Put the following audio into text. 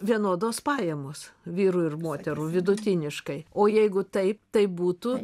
vienodos pajamos vyrų ir moterų vidutiniškai o jeigu taip tai būtų